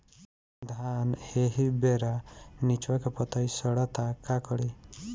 धान एही बेरा निचवा के पतयी सड़ता का करी?